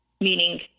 Meaning